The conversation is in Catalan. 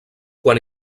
quan